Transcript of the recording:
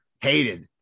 hated